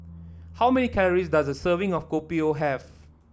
how many calories does a serving of Kopi O have